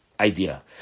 idea